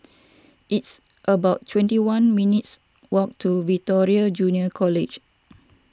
it's about twenty one minutes' walk to Victoria Junior College